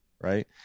right